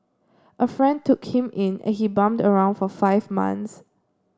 a friend took him in and he bummed around for five months